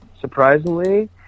surprisingly